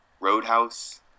Roadhouse